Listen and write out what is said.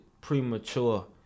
premature